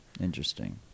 Interesting